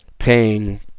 paying